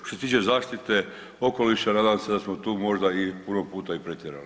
Što se tiče zaštite okoliša, nadam se da smo tu možda i puno puta i pretjerali.